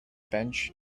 bench